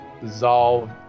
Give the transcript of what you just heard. Dissolve